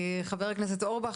חבר הכנסת אורבך,